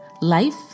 life